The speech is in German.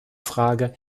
frage